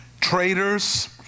traitors